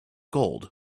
gold